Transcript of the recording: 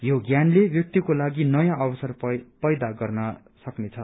यो ज्ञानले व्यक्तिको लागि नयाँ अवसर पैदा गर्न सक्नेछ